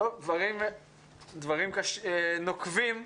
דברים נוקבים,